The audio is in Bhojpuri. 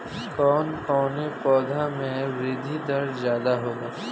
कवन कवने पौधा में वृद्धि दर ज्यादा होला?